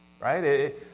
right